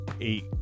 eight